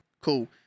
cool